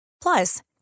Plus